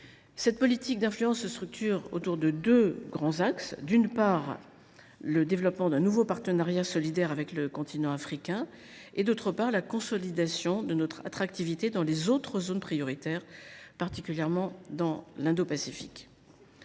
Cette politique d’influence se structure autour de deux grands axes : d’une part, le développement d’un nouveau partenariat solidaire avec le continent africain, et, d’autre part, la consolidation de notre attractivité dans les autres zones prioritaires, particulièrement dans l’Indo Pacifique.